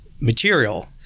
material